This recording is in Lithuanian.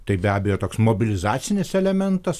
tai be abejo toks mobilizacinis elementas